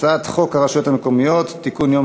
הצעת חוק הרשויות המקומיות (בחירות) (תיקון,